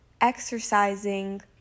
exercising